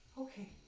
Okay